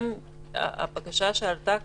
הבקשה שעלתה כאן,